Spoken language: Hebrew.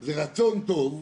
זה רצון טוב,